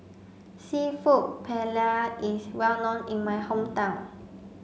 Seafood Paella is well known in my hometown